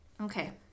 Okay